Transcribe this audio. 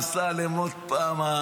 אמסלם עוד פעם,